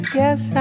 yes